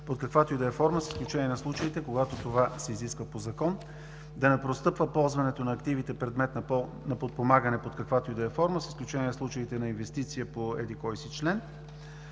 под каквато и да е форма, с изключение на случаите, когато това се изисква по закон; да не преотстъпва ползването на активите, предмет на подпомагане под каквато и да е форма, с изключение на случаите на инвестиция по еди-кой си член;